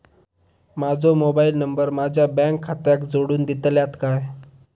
माजो mobile number माझ्या bank खात्याक जोडून दितल्यात काय?